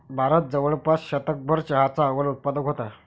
भारत जवळपास शतकभर चहाचा अव्वल उत्पादक होता